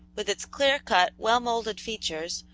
with its clear-cut, well-moulded features,